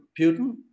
Putin